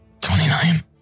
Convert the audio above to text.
29